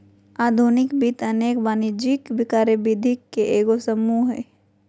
आधुनिक वित्त अनेक वाणिज्यिक कार्यविधि के एगो समूह हइ